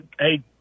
Hey